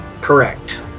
correct